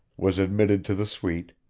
was admitted to the suite,